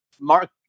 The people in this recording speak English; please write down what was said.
Mark